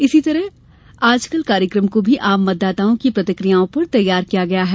इसी तरह आजकल कार्यक्रम को भी आम मतदाताओं की प्रतिकियाओं पर तैयार किया गया है